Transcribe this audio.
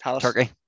Turkey